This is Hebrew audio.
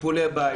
טיפולי בית.